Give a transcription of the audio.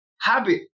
habit